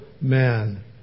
man